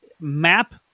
map